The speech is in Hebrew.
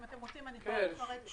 אם אתם רוצים אפרט --- כן,